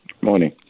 morning